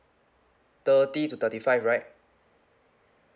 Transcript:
thirty to thirty five right